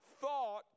thought